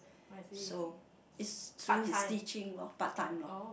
so is through his teaching lor part time lor